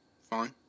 fine